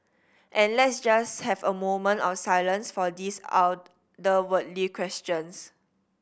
and let's just have a moment of silence for these otherworldly questions